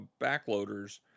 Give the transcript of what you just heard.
backloaders